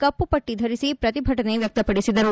ಕಪ್ಪಪಟ್ಟ ಧರಿಸಿ ಪ್ರತಿಭಟನೆ ವ್ಯಕ್ತಪಡಿಸಿದರು